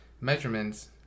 measurements